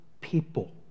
people